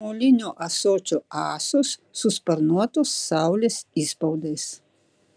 molinio ąsočio ąsos su sparnuotos saulės įspaudais